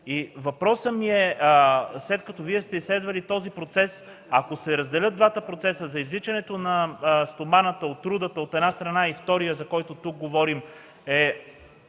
Въпросът ми е: след като Вие сте изследвали този процес, ако се разделят двата процеса – за извличането на стоманата от рудата, от една страна, и вторият, за който тук говорим –